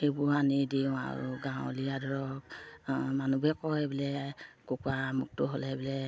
সেইবোৰ আনি দিওঁ আৰু গাঁৱলীয়া ধৰক মানুহবোৰে কয় বোলে কুকুৰা মুক্ত হ'লে বোলে